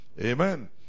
amen